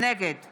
נגד